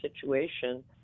situation